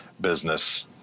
business